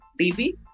TV